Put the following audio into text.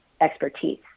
expertise